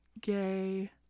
gay